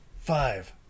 five